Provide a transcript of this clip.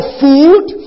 food